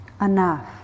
Enough